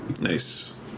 Nice